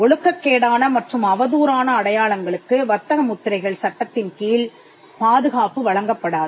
ஒழுக்கக்கேடான மற்றும் அவதூறான அடையாளங்களுக்கு வர்த்தக முத்திரைகள் சட்டத்தின்கீழ் பாதுகாப்பு வழங்கப்படாது